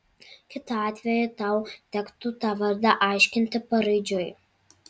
kitu atveju tau tektų tą vardą aiškinti paraidžiui